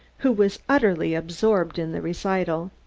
who was utterly absorbed in the recital.